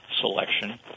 selection